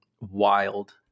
wild